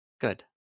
Good